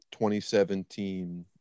2017